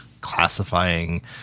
classifying